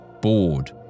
bored